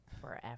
forever